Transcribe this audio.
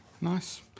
Nice